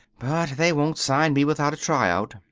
but they won't sign me without a tryout.